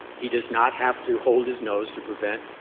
he does not have to hold his nose to prevent.